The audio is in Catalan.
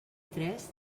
tres